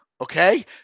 Okay